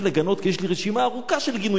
כי יש לי רשימה ארוכה של גינויים לפני כן.